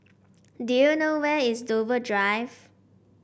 do you know where is Dover Drive